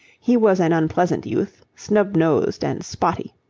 he was an unpleasant youth, snub-nosed and spotty.